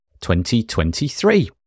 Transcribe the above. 2023